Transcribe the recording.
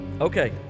Okay